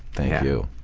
thank you.